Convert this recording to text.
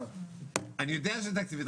אני יודע שזה תקציבי.